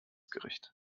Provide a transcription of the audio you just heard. gericht